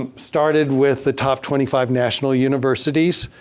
um started with the top twenty five national universities.